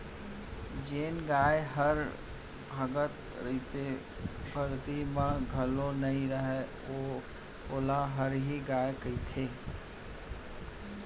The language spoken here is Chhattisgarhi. जेन गाय हर भागत रइथे, बरदी म घलौ नइ रहय वोला हरही गाय कथें